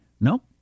Nope